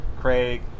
craig